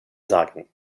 sagen